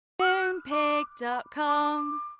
Moonpig.com